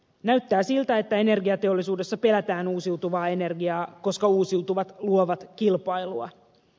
näyttää siltä että energiateollisuudessa pelätään uusiutuvaa energiaa koska uusiutuvat luovat kilpailua